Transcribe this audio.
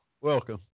Welcome